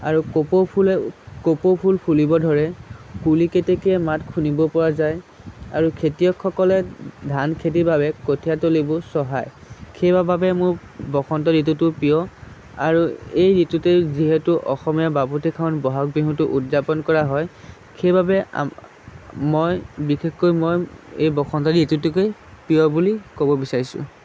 আৰু কপৌ ফুলে কপৌ ফুল ফুলিব ধৰে কুলি কেতেকীয়ে মাত শুনিব পৰা যায় আৰু খেতিয়কসকলে ধান খেতিৰ বাবে কঠীয়া তলিবোৰ চহায় সেইবাবে মোৰ বসন্ত ঋতুটো প্ৰিয় আৰু এই ঋতুতেই যিহেতু অসমীয়া বাপতি সাহোন ব'হাগ বিহুটো উদযাপন কৰা হয় সেইবাবে মই বিশেষকৈ মই এই বসন্ত ঋতুটোকে প্ৰিয় বুলি ক'ব বিচাৰিছোঁ